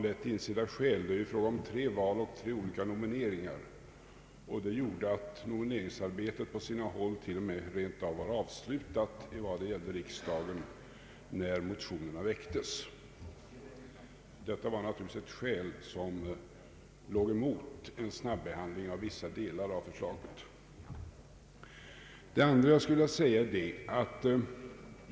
Det är ju fråga om tre olika val och tre olika nomineringar, vilket gjort att nomineringsarbetet vad gäller riksdagsvalet på sina håll t.o.m. var avslutat när motionerna väcktes. Detta var naturligtvis ett skäl emot en snabbehandling av vissa delar av förslaget. Den andra kommentaren gäller statsrådens riksdagsarvoden.